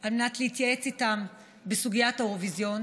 על מנת להתייעץ איתם בסוגיית האירוויזיון.